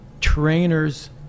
trainers